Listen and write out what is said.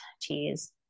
cheese